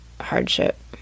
hardship